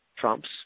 Trump's